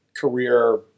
career